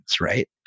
right